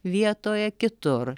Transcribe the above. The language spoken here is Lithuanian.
vietoje kitur